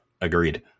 agreed